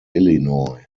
illinois